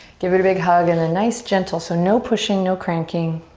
give it a big hug and a nice gentle, so no pushing, no cranking,